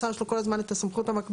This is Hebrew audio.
השר יש לו כל הזמן את הסמכות המקבילה,